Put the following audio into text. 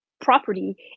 property